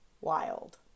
Wild